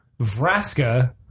Vraska